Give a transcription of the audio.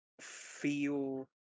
feel